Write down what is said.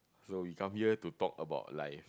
so you come here to talk about life